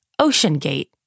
OceanGate